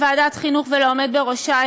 לוועדת החינוך ולעומד בראשה,